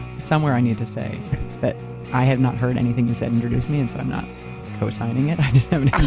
somewhere i need to say that i have not heard anything you said to introduce me and so i'm not cosigning it, i just haven't